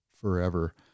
forever